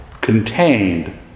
contained